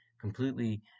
completely